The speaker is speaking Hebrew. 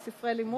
על ספרי לימוד,